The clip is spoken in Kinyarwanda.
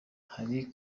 hari